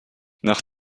nach